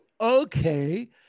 okay